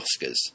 Oscars